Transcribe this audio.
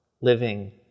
living